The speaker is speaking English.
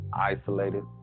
Isolated